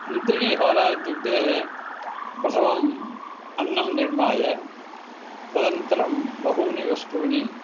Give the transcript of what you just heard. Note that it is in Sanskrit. तन्त्रिणीहोरा इत्युक्ते प्रथमम् अन्नं निर्माय तदनन्तरं बहूनि वस्तूनि